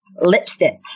Lipstick